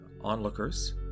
onlookers